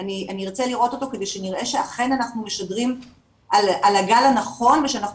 אני ארצה לראות אותו כדי שנראה שאכן אנחנו משדרים על הגל הנכון ושאנחנו